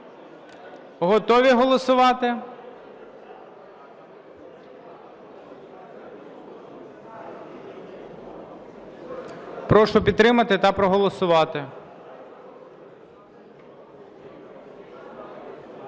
Готові голосувати? Прошу підтримати та проголосувати.